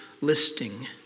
listing